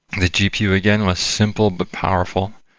the gpu again was simple, but powerful.